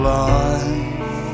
life